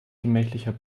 gemächlicher